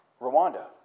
Rwanda